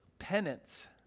penance